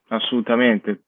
Assolutamente